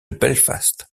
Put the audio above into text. belfast